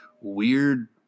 weird